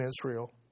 Israel